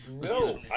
No